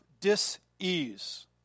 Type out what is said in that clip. dis-ease